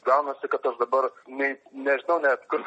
gaunasi kad aš dabar nei nežinau net kur